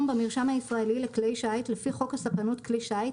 במרשם הישראלי לכלי שיט לפי חוק הספנות (כלי שיט),